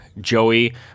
joey